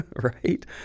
right